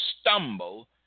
stumble